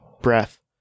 breath